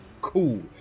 cool